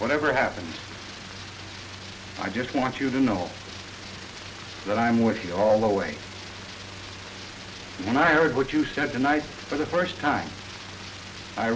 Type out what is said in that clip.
whatever happens i just want you to know that i'm with you all the way and i heard what you said tonight for the first time i